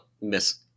miss